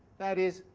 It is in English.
that is,